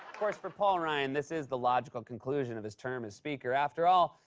course, for paul ryan, this is the logical conclusion of his term as speaker. after all,